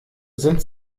sind